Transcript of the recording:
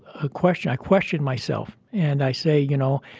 a question. i question myself and i say, you know,